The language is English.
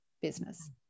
business